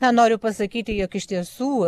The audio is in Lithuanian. na noriu pasakyti jog iš tiesų